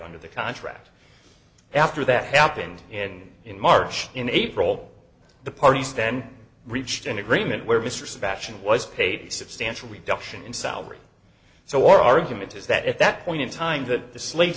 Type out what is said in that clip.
under the contract after that happened in in march in april the parties then reached an agreement where mr sebastian was paid the substantial reduction in salary so our argument is that at that point in time that the sla